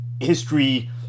history